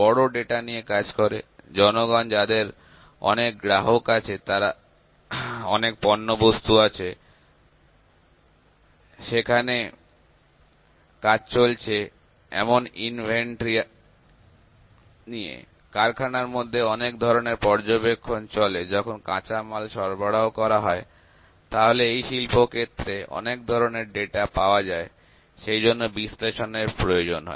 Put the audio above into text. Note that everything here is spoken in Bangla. বড়ো ডাটা নিয়ে কাজ করে জনগণ যাদের অনেক গ্রাহক আছে অনেক পণ্য বস্তু আছে তো সেখানে কাজ চলছে এমন ইনভেন্টরি আছে কারখানার মধ্যে অনেক ধরণের পর্যবেক্ষণ চলে যখন কাঁচামাল সরবরাহ করা হয় তাহলে এই শিল্প ক্ষেত্রে অনেক ধরনের ডেটা পাওয়া যায় সেই জন্য বিশ্লেষণের প্রয়োজন হয়